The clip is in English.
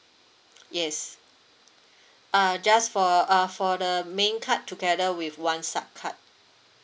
yes uh just for uh for the main card together with one sub card